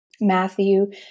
Matthew